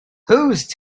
whose